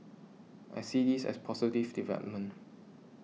I see this as positive development